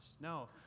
No